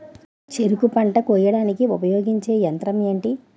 చెరుకు పంట కోయడానికి ఉపయోగించే యంత్రం ఎంటి?